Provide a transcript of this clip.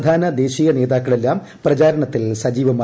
പ്രധാന ദേശീയ നേതാക്കളെല്ലാം പ്രചാരണത്തിൽ സജീവമായി